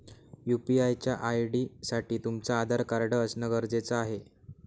UPI च्या ID साठी तुमचं आधार कार्ड असण गरजेच आहे